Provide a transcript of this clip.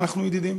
אנחנו ידידים